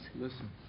Listen